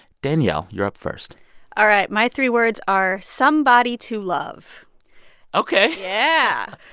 danielle, you're up first all right. my three words are somebody to love ok yeah.